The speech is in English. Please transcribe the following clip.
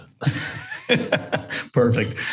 Perfect